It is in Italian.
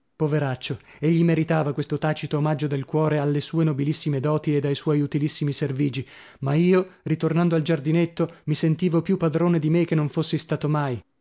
poveraccio egli meritava questo tacito omaggio del cuore alle sue nobilissime doti ed ai suoi utilissimi servigi ma io ritornando al giardinetto mi sentivo più padrone di me che non fossi stato mai